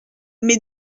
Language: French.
mais